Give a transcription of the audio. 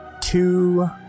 two